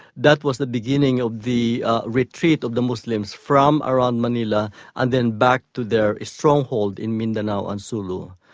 that was the beginning of the retreat of the muslims from around manila and then back to their stronghold in mindanao and sulu.